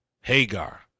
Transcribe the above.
Hagar